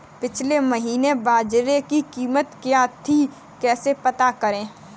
पिछले महीने बाजरे की कीमत क्या थी कैसे पता करें?